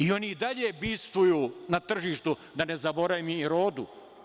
Oni i dalje bivstvuju na tržištu, da ne zaboravim i „Rodu“